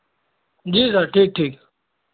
जी sir ठीक ठीक